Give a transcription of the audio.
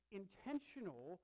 intentional